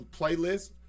playlist